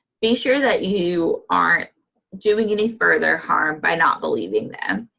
be sure that you aren't doing any further harm by not believing them.